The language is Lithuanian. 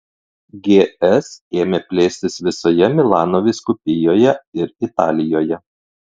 gs ėmė plėstis visoje milano vyskupijoje ir italijoje